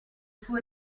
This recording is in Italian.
suo